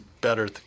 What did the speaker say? better